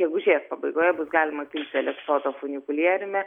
gegužės pabaigoje bus galima kilti aleksoto funikulieriumi